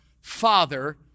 Father